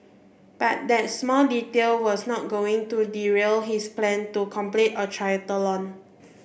but that small detail was not going to derail his plan to complete a triathlon